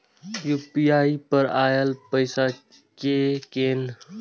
UPI पर आएल पैसा कै कैन?